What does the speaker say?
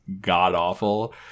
god-awful